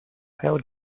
pearl